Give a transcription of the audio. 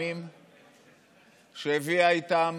שהביאה איתה